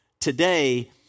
today